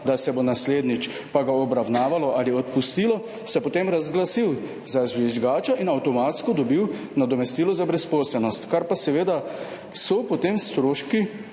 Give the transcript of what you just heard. da se ga bo naslednjič pa obravnavalo ali odpustilo – potem razglasil za žvižgača in bi avtomatsko dobil nadomestilo za brezposelnost, kar pa so seveda potem stroški